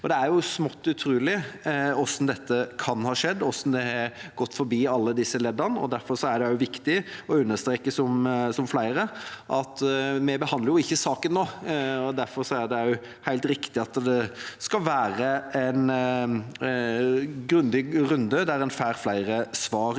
Det er smått utrolig hvordan dette kan ha skjedd, hvordan det har gått forbi alle disse leddene. Derfor er det også viktig å understreke – som flere har gjort – at vi ikke behandler saken nå. Derfor er det også helt riktig at det skal være en grundig runde der en får flere svar, bl.a.